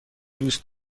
دوست